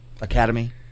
academy